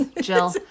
Jill